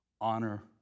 honor